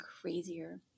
crazier